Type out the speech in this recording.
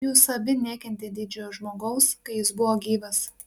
jūs abi nekentėt didžiojo žmogaus kai jis buvo gyvas